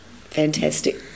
fantastic